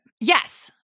Yes